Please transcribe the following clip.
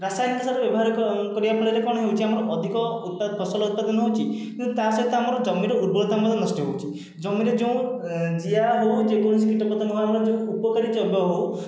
ରାସାୟନିକ ସାର ବ୍ୟବହାର କରିବା ଫଳରେ କଣ ହେଉଛି ଅଧିକ ଉତ୍ପ ଫସଲ ଉତ୍ପାଦନ ହେଉଛି କିନ୍ତୁ ତା'ସାହିତ ଆମର ଜମିର ଉର୍ବରତା ମଧ୍ୟ ନଷ୍ଟ ହେଉଛି ଜମିରେ ଯେଉଁ ଜିଆ ହେଉ ଯେକୌଣସି କୀଟପତଙ୍ଗ ହେଉ ଆମର ଉପକାରୀ ଜୈବ ହେଉ